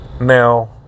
now